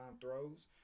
throws